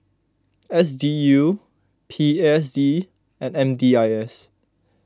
S D U P S D and M D I S